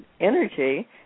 energy